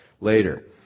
later